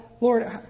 Lord